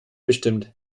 bestimmt